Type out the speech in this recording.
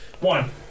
One